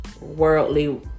worldly